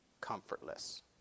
comfortless